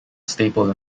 staple